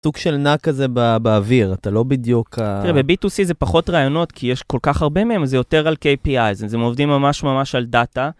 סוג של נע כזה באוויר, אתה לא בדיוק... תראה, בביטוסי זה פחות רעיונות כי יש כל כך הרבה מהם, זה יותר על KPI, זה מעובדים ממש ממש על דאטה.